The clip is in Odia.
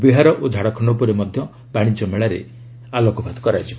ବିହାର ଓ ଝାଡ଼ଖଣ୍ଡ ଉପରେ ମଧ୍ୟ ବାଣିଜ୍ୟ ମେଳାରେ ଆଲୋକପାତ କରାଯିବ